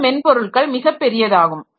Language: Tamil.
இந்த மென்பொருள்கள் மிகப்பெரியதாகும்